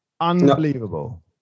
Unbelievable